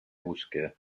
búsqueda